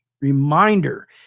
reminder